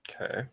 Okay